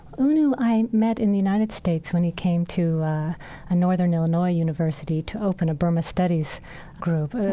ah nu i met in the united states when he came to a northern illinois university to open a burma studies group.